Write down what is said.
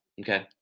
okay